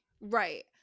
right